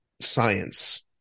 science